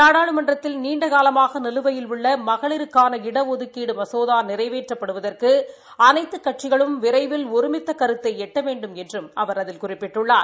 நாடாளுமன்றத்தில் நீண்டகாலமாக நிலுவையில் உள்ள மளிருக்கான இடஒதுக்கீடு மசோதா நிறைவேற்றப்படுவதற்கு அனைத்து கட்சிகளும் விரைவில் ஒருமித்த கருத்தை எட்ட வேண்டுமென்றும் அவர் அதில குறிப்பிட்டுள்ளார்